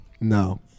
No